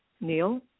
Neil